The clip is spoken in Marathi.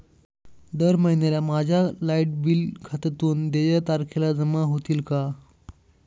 दर महिन्याला माझ्या लाइट बिल खात्यातून देय तारखेला जमा होतील का?